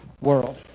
world